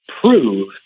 prove